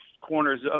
corners